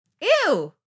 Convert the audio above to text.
Ew